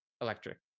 electric